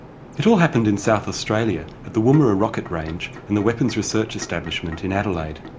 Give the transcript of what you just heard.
it all happened in south australia at the woomera rocket range and the weapons research establishment in adelaide.